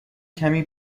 کمی